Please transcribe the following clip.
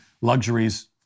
Luxuries